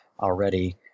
already –